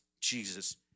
Jesus